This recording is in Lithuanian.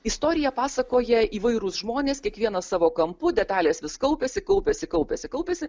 istoriją pasakoja įvairūs žmonės kiekvienas savo kampu detalės vis kaupiasi kaupiasi kaupiasi kaupiasi